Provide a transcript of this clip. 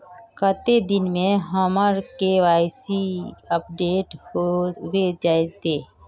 कते दिन में हमर के.वाई.सी अपडेट होबे जयते?